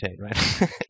right